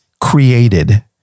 created